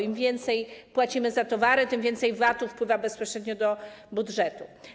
Im więcej płacimy za towary, tym więcej VAT-u wpływa bezpośrednio do budżetu.